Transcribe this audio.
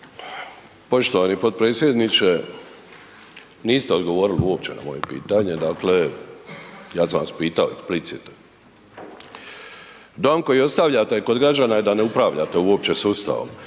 Poštovani potpredsjedniče, niste odgovori uopće na moje pitanje, dakle ja sam vas pitao explicito. Dojam koji ostavljate kod građana je da ne upravljate uopće sustavom,